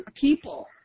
people